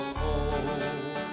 home